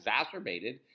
exacerbated